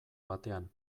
batean